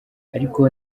ariko